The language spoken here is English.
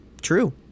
true